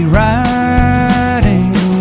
riding